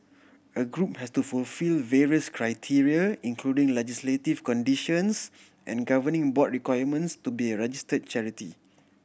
a group has to fulfil various criteria including legislative conditions and governing board requirements to be a register charity